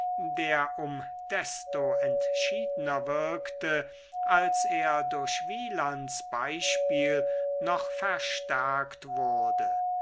der um desto entschiedener wirkte als er durch wielands beispiel noch verstärkt wurde